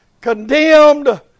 condemned